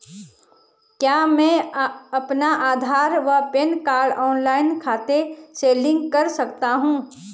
क्या मैं अपना आधार व पैन कार्ड ऑनलाइन खाते से लिंक कर सकता हूँ?